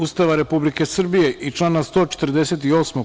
Ustava Republike Srbije i člana 148.